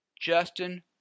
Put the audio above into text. Justin